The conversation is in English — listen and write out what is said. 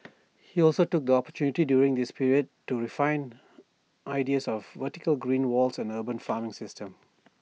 he also took the opportunity during this period to refine ideas of vertical green walls and urban farming systems